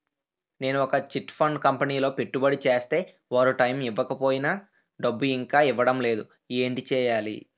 నేను ఒక chit fund కంపెనీలో పెట్టుబడి చేస్తే వారు టైమ్ ఇవ్వకపోయినా డబ్బు ఇంకా ఇవ్వడం లేదు ఏంటి చేయాలి?